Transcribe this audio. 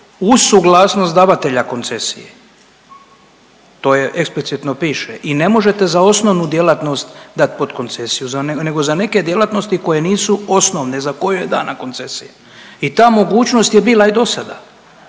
suglasnost davatelja koncesije, to je, eksplicitno piše i ne možete za osnovnu djelatnost dat podkoncesiju nego za neke djelatnosti koje nisu osnovne, za koju je dana koncesija i ta mogućnost je bila i dosada